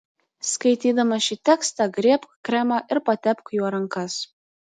skaitydama šį tekstą griebk kremą ir patepk juo rankas